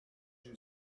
you